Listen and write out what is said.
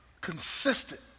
consistent